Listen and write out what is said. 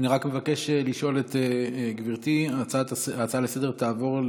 אני רק מבקש לשאול את גבירתי: ההצעה לסדר-היום תעבור,